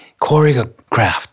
choreographed